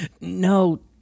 No